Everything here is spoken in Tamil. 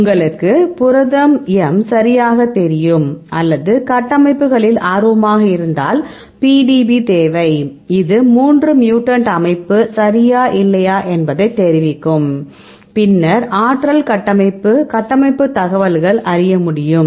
உங்களுக்கு புரதம் m சரியாகத் தெரியும் அல்லது கட்டமைப்புகளில் ஆர்வமாக இருந்தால் PDB தேவை அது மூன்று மியூட்டன்ட் அமைப்பு சரியா இல்லையா என்பதை தெரிவிக்கும் பின்னர் ஆற்றல் கட்டமைப்பு கட்டமைப்பு தகவல் அறிய முடியும்